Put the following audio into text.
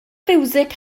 fiwsig